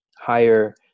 higher